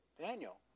Daniel